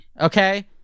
Okay